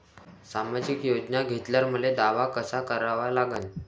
सामाजिक योजना घेतल्यावर मले दावा कसा करा लागन?